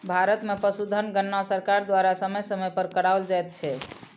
भारत मे पशुधन गणना सरकार द्वारा समय समय पर कराओल जाइत छै